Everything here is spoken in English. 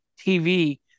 TV